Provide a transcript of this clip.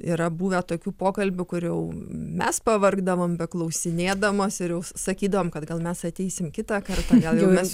yra buvę tokių pokalbių kur jau mes pavargdavom beklausinėdamos ir jau sakydavom kad gal mes ateisim kitą kartą gal jau mes